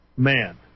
man